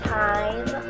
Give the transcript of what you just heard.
time